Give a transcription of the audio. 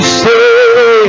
say